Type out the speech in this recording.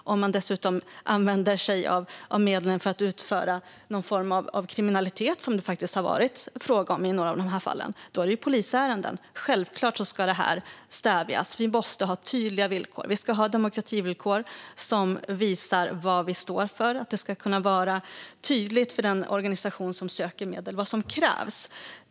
Om man dessutom använder sig av medlen för att ägna sig åt någon form av kriminalitet, som det faktiskt har varit fråga om i några av dessa fall, är det polisärenden. Självklart ska det stävjas. Vi måste ha tydliga villkor. Vi ska ha demokrativillkor som visar vad vi står för. Det ska vara tydligt för den organisation som söker medel vad som krävs.